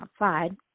outside